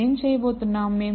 మనం ఏమి చేయబోతున్నాం